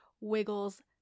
Wiggles